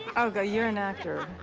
oh god, you're an actor.